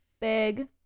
big